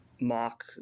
mock